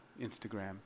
Instagram